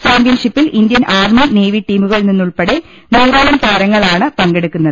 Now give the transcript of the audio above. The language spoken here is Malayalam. ചാംപ്യൻഷിപ്പിൽ ഇന്ത്യൻ ആർമി നേവി ടീമുകളിൽ നിന്നുൾപ്പടെ നൂറോളം താരങ്ങളാണ് പങ്കെടുക്കുന്നത്